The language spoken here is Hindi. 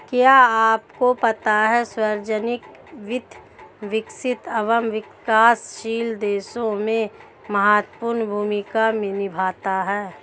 क्या आपको पता है सार्वजनिक वित्त, विकसित एवं विकासशील देशों में महत्वपूर्ण भूमिका निभाता है?